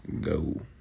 go